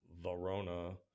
Verona